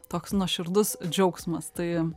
toks nuoširdus džiaugsmas tai